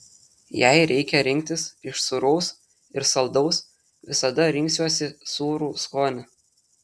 jei reikia rinktis iš sūraus ir saldaus visada rinksiuosi sūrų skonį